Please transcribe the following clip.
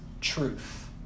truth